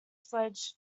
fledged